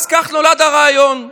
אז כך נולד הרעיון,